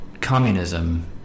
communism